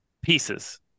pieces